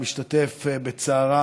משתתף בצערה